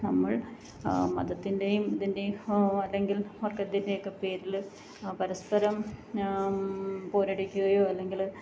നമ്മൾ മതത്തിൻ്റെയും ഇതിൻ്റെയും അല്ലെങ്കിൽ വർഗ്ഗത്തിൻ്റെ ഒക്കെ പേരിൽ പരസ്പരം പോരടിക്കുകയോ അല്ലെങ്കിൽ